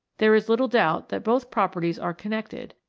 there is little doubt that both properties are connected,